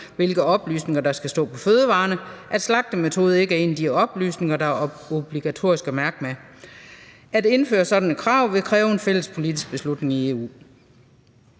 hvilke oplysninger der skal stå på fødevarerne, at slagtemetode ikke er en af de oplysninger, det er obligatorisk at mærke med, og at det at indføre sådanne krav vil kræve en fælles politisk beslutning i EU.